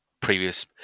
previous